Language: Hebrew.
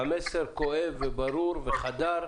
המסר כואב, וברור, וחדר.